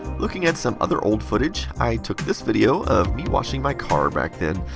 looking at some other old footage, i took this video of me washing my car back then.